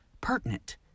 pertinent